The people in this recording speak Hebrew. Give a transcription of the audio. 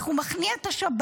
איך הוא הוא מכניע את השב"ס,